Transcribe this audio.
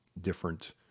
different